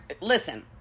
Listen